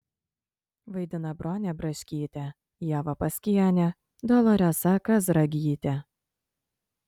vaidina bronė braškytė ieva paskienė doloresa kazragytė